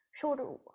shoulder